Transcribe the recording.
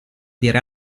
dire